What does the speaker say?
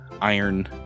iron